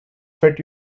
fit